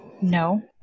No